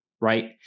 Right